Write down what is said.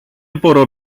μπορώ